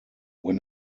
when